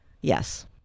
Yes